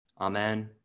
amen